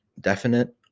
definite